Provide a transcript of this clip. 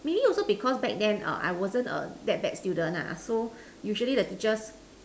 maybe also because back then err I wasn't a that bad student lah so usually the teachers